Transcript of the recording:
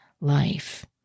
life